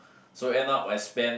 so end up I spend